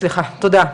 סליחה, תודה.